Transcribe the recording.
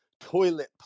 toilet